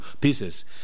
pieces